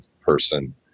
person